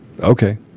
okay